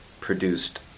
produced